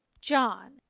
John